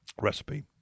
recipe